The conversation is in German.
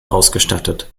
ausgestattet